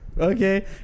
okay